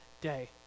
day